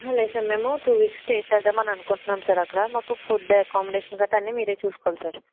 లేదు సార్ మేము two weeks stay చేద్దాం అని అనుకుంటున్నాం సార్ అక్కడ మాకు ఫుడ్ అకామిడేషన్ గట్ట అన్ని మీరే చూసుకోవాలి సార్